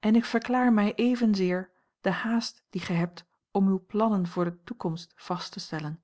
en ik verklaar mij evenzeer de haast die gij hebt om uwe plannen voor de toekomst vast te stellen